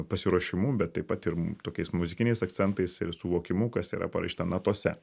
pasiruošimu bet taip pat ir tokiais muzikiniais akcentais ir suvokimu kas yra parašyta natose